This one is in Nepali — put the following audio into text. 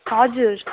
हजुर